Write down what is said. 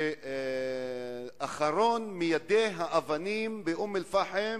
לאחרון מיידי האבנים באום-אל-פחם